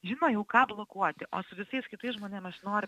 žino jau ką blokuoti o su visais kitais žmonėm aš noriu